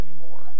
anymore